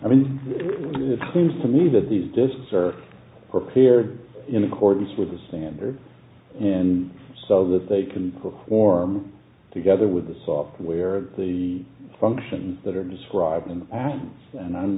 i mean it seems to me that these disks are cleared in accordance with the standard and so that they can perform together with the software the functions that are described in the ad and